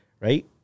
right